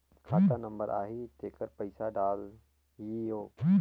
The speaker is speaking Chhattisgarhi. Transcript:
खाता नंबर आही तेकर पइसा डलहीओ?